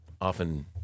often –